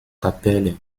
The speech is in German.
kapelle